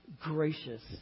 gracious